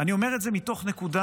ואני אומר את זה מתוך נקודה,